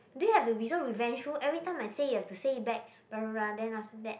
do you have to be so revengeful every time I say you have to say it back blah blah blah then after that